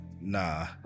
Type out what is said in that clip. nah